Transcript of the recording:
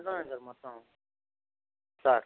దాంట్లోనే ఉన్నాయి సార్ మొత్తం సార్